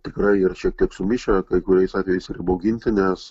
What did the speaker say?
tikra ir čia kiek sumišę kai kuriais atvejais ir įbauginti nes